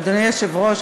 אדוני היושב-ראש,